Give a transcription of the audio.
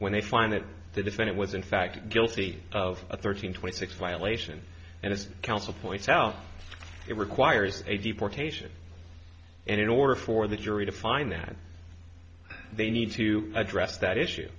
when they find that the defendant was in fact guilty of a thirteen twenty six violation and this council points out it requires a deportation and in order for the jury to find that they need to address that issue